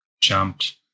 jumped